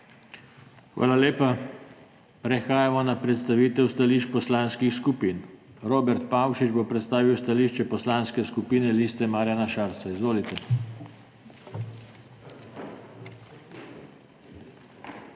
Hvala lepa. Prehajamo na predstavitev stališč poslanskih skupin. Robert Pavšič bo predstavil stališče Poslanske skupine Liste Marjana Šarca. Izvolite. ROBERT